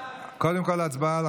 קודם כול הצבעה על